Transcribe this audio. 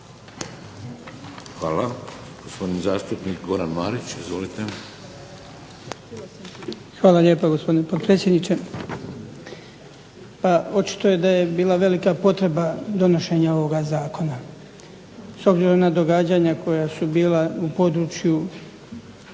(HDZ)** Hvala. Gospodin zastupnik Goran Marić. Izvolite. **Marić, Goran (HDZ)** Hvala lijepo gospodine potpredsjedniče. Očito da je bila velika potrebna donošenja ovog Zakona s obzirom na događanja koja su bila u području